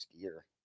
gear